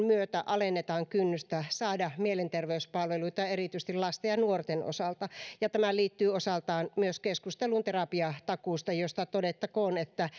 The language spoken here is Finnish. myötä alennetaan kynnystä saada mielenterveyspalveluita erityisesti lasten ja nuorten osalta tämä liittyy osaltaan myös keskusteluun terapiatakuusta josta todettakoon että